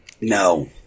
No